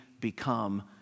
become